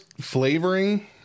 flavoring